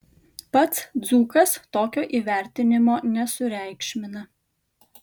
pats dzūkas tokio įvertinimo nesureikšmina